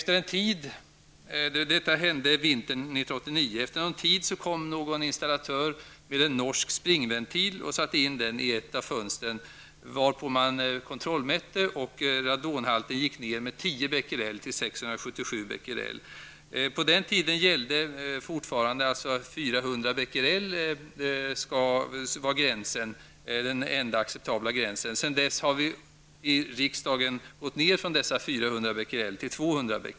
En tid efter vintern 1989 kom en reparatör med en norsk springventil, som han satte in i ett av fönstren, varpå man kontrollmätte. Radonhalten gick ned med 10 becquerel till 677. På den tiden gällde att en radonhalt på 400 becquerel var den högsta acceptabla nivån. Sedan dess har den högsta radonhalten enligt riksdagsbeslut minskats till 200.